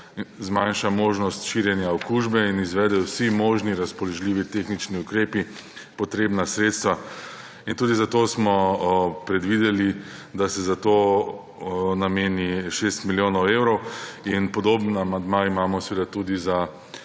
zmanjša možnost širjenja okužbe in izvedejo vsi možni razpoložljivi tehnični ukrepi, potrebna sredstva. Tudi zato smo predvideli, da se za to nameni 6 milijonov evrov, podoben amandma pa imamo tudi za